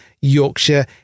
Yorkshire